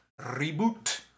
reboot